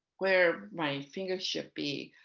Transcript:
where my fingers should be.